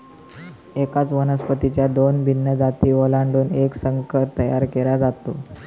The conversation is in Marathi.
एकाच वनस्पतीच्या दोन भिन्न जाती ओलांडून एक संकर तयार केला जातो